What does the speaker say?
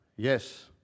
Yes